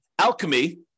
alchemy